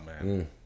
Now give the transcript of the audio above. man